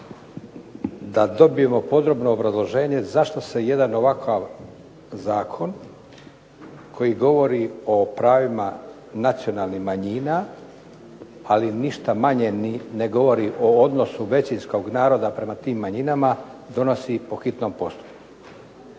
da dobijemo podrobno obrazloženje zašto se jedan ovakav zakon koji govori o pravima nacionalnih manjina, ali ništa manje ni ne govori o odnosu većinskog naroda prema tim manjima donosi po hitnom postupku?